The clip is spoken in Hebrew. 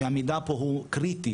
שהמידע פה הוא קריטי,